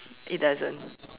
it doesn't